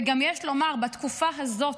וגם יש לומר, בתקופה הזאת,